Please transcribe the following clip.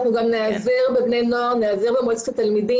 אנחנו גם נעזר בבני נוער ונעזר במועצת התלמידים